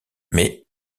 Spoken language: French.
mais